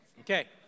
Okay